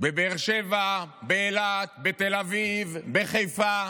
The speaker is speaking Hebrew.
בבאר שבע, באילת, בתל אביב, בחיפה?